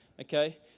Okay